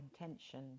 intention